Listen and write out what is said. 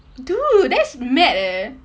dude that's mad eh